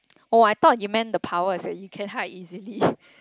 oh I though you meant the power as in you can hide easily